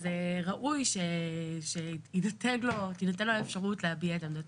אז ראוי שתינתן לו האפשרות להביע את עמדתו.